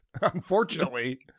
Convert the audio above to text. unfortunately